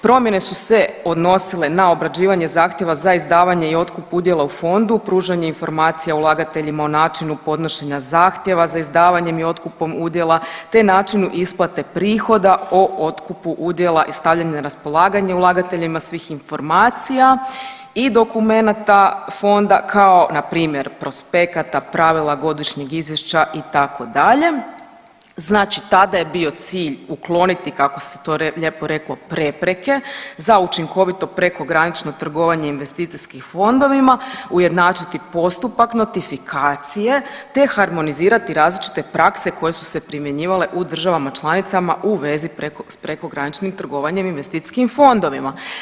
Promjene su se odnosile na obrađivanje zahtjeva za izdavanje i otkup udjela u fondu, pružanje informacije ulagateljima o načinu podnošenja zahtjeva za izdavanjem i otkupom udjela te načinu isplate prihoda o otkupu udjela i stavljanje na raspolaganje ulagateljima svih informacija i dokumenata fonda kao npr. prospekata, pravila godišnjih izvješća itd., znači tada je bio cilj ukloniti kako se to lijepo reklo prepreke za učinkovito prekogranično trgovanje investicijskim fondovima, ujednačiti postupak notifikacije te harmonizirati različite prakse koje su se primjenjivale u državama članicama u vezi s prekograničnim trgovanjem investicijskim fondovima.